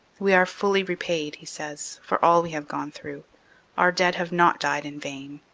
we are fully repaid, he says, for all we have gone through our dead have not died in vain.